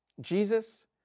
Jesus